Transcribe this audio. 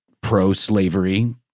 pro-slavery